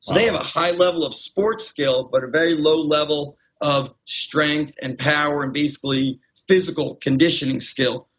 they have a high level of sport skill but a very low level of strength and power and basically physical conditioning skill.